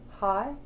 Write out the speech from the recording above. Hi